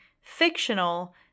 fictional